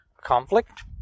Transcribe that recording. conflict